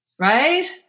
Right